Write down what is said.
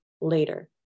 later